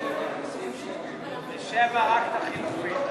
רק לסעיף 7. 7 רק לחלופין.